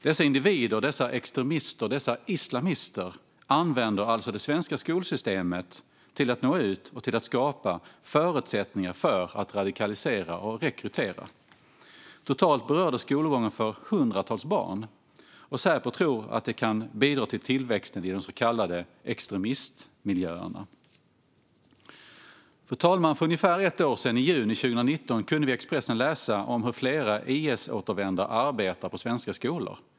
Dessa individer, dessa extremister, dessa islamister, använder alltså det svenska skolsystemet till att nå ut och skapa förutsättningar för att radikalisera och rekrytera. Totalt berör det skolgången för hundratals barn, och Säpo tror att det kan bidra till tillväxten i de så kallade extremistmiljöerna. Fru talman! För ungefär ett år sedan, i juni 2019, kunde vi i Expressen läsa om hur flera IS-återvändare arbetar på svenska skolor.